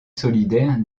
solidaire